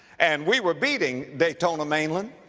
and we were beating daytona mainland,